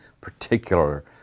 particular